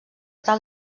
tal